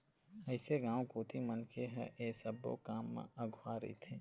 अइसे गाँव कोती मनखे ह ऐ सब्बो काम म अघुवा रहिथे